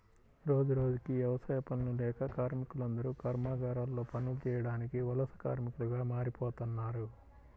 రోజురోజుకీ యవసాయ పనులు లేక కార్మికులందరూ కర్మాగారాల్లో పనులు చేయడానికి వలస కార్మికులుగా మారిపోతన్నారు